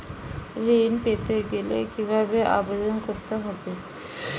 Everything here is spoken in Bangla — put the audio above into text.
ঋণ পেতে গেলে কিভাবে আবেদন করতে হবে?